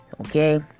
okay